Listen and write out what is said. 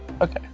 okay